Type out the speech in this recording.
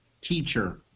teacher